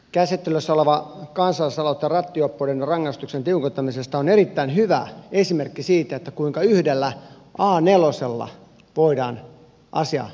käsittelyssä oleva kansalaisaloite rattijuoppouden rangaistuksen tiukentamisesta on erittäin hyvä esimerkki siitä kuinka yhdellä a nelosella voidaan asia selkeästi esittää